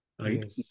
Right